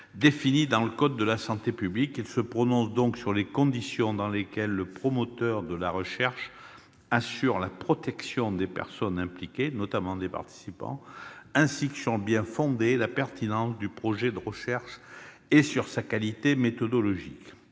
définis dans le code de la santé publique. Ils se prononcent donc sur les conditions dans lesquelles le promoteur de la recherche assure la protection des personnes impliquées, notamment des participants, ainsi que sur le bien-fondé, la pertinence du projet de recherche et sur sa qualité méthodologique.